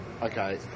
Okay